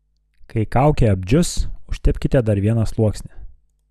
kai kaukė apdžius užtepkite dar vieną sluoksnį